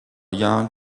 young